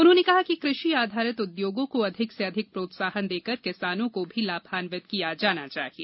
उन्होंने कहा कि कृषि आधारित उद्योगों को अधिक से अधिक प्रोत्साहन देकर किसानों को भी लाभान्वित किया जाना चाहिये